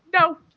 No